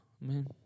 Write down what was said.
man